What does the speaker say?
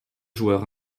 joueur